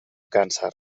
càncer